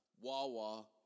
Wawa